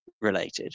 related